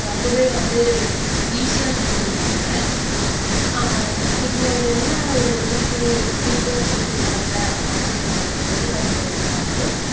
ரொம்பவே வந்து ஈஸியாக சொல்லிக் கொடுப்பாங்க இதில் என்ன ஒரு ஈஸி ஈஸியாக சொல்லிக் கொடுக்குறாங்க அப்படின்னு நான் சொ எதுக்காக சொல்கிறேன்னா வந்து